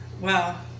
wow